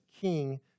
king